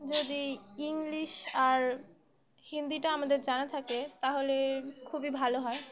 যদি ইংলিশ আর হিন্দিটা আমাদের জানা থাকে তাহলে খুবই ভালো হয়